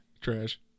Trash